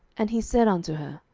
and he said unto her,